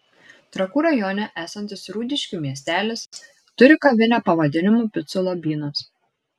trakų rajone esantis rūdiškių miestelis turi kavinę pavadinimu picų lobynas